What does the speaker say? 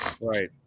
Right